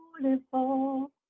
beautiful